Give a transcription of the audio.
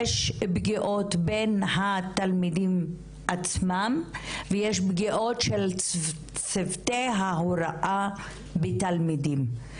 יש פגיעות בין התלמידים עצמם ויש פגיעות של צוותי ההוראה בתלמידים.